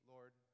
Lord